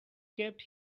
kept